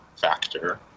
factor